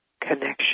connection